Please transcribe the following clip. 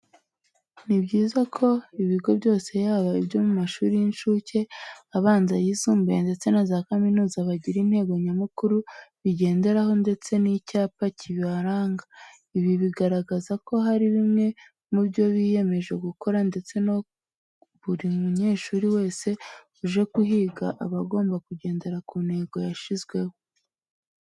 Ni byiza ko ibigo byose yaba ibyo mu mashuri y'incuke, abanza, ayisumbuye ndetse na za kaminuza bigira intego nyamukuru bigenderaho ndetse n'icyapa cyibaranga. Ibi bigaragaza ko hari bimwe mu byo biyemeje gukora ndetse ko na buri munyeshuri wese uje kuhiga aba agomba kugendera ku ntego yashyizweho.